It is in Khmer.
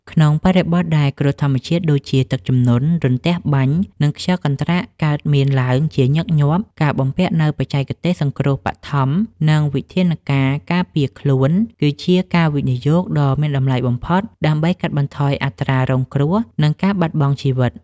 ក្នុងបរិបទដែលគ្រោះធម្មជាតិដូចជា ទឹកជំនន់ រន្ទះបាញ់ និងខ្យល់កន្ត្រាក់កើតមានឡើងជាញឹកញាប់ ការបំពាក់នូវបច្ចេកទេសសង្គ្រោះបឋម និងវិធានការការពារខ្លួន គឺជាការវិនិយោគដ៏មានតម្លៃបំផុតដើម្បីកាត់បន្ថយអត្រារងគ្រោះ និងការបាត់បង់ជីវិត។